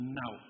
now